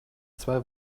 zwei